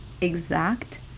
exact